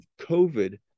COVID